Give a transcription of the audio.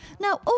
Now